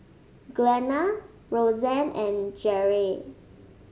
Glenna Rosanne and Jere